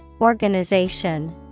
Organization